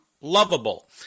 lovable